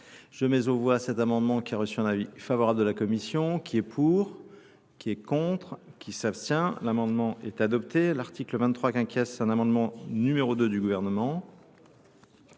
Je mets au voie cet amendement qui a reçu un avis favorable de la Commission, qui est pour ? qui est contre, qui s'abstient. L'amendement est adopté. L'article 23 quinquesse un amendement numéro 2 du gouvernement.